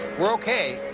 we're okay,